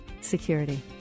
security